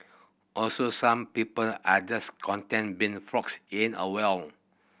also some people are just content being frogs in a well